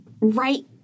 right